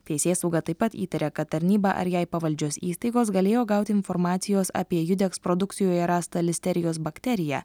teisėsauga taip pat įtaria kad tarnyba ar jai pavaldžios įstaigos galėjo gauti informacijos apie judeks produkcijoje rastą listerijos bakteriją